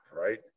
Right